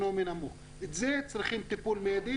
לזה צריך טיפול מידי.